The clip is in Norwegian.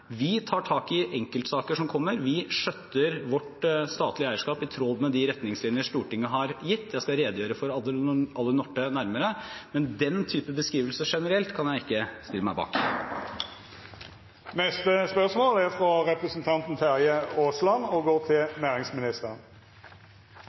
Vi tar tak i enkeltsaker som kommer. Vi skjøtter vårt statlige eierskap i tråd med de retningslinjer Stortinget har gitt. Jeg skal redegjøre for Alunorte nærmere, men den typen beskrivelser generelt kan jeg ikke stille meg bak. «Regjeringen virker bestemt på å gjennomføre endringen som etter all sannsynlighet vil føre til